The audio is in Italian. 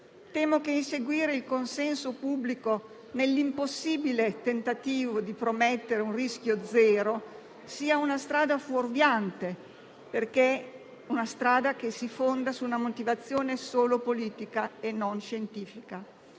Temo che inseguire il consenso pubblico nell'impossibile tentativo di promettere un rischio zero sia una strada fuorviante, perché si fonda su una motivazione solo politica e non scientifica.